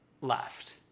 left